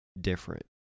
different